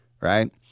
right